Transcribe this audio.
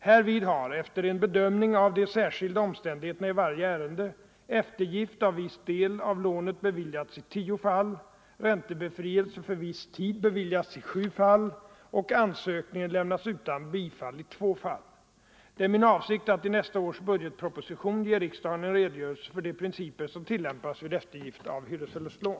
Härvid har — efter en bedömning av de särskilda omständigheterna i varje ärende — eftergift av viss del av lånet medgivits i tio fall, räntebefrielse för viss tid beviljats i sju Det är min avsikt att i nästa års budgetproposition ge riksdagen en redogörelse för de principer som tillämpas vid eftergift av hyresförlustlån.